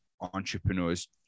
entrepreneurs